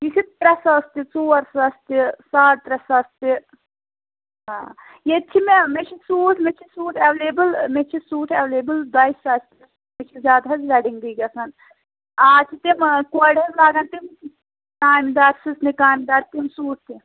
یہِ چھُ ترٛے ساس تہِ ژور ساس تہِ ساڑ ترٛے ساس تہِ آ ییٚتہِ چھِ مےٚ مےٚ چھِ سوٗٹ مےٚ چھِ سوٗٹ ایٚولیبٕل آ مےٚ چھِ سوٗٹ ایٚولیبٕل دۅیہِ ساسہِ تہِ چھِ زیادٕ حظ ویٚڈِنٛگٕے گَژھان أزۍچن آ کوریٚن لگان تِم کامہِ دار سٕژنہِ کامہِ دار تِم سوٗٹ تہِ